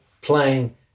playing